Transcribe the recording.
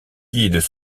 guides